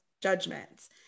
judgments